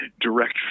direct